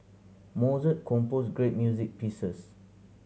Mozart composed great music pieces